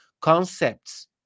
concepts